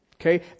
Okay